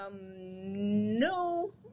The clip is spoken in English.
No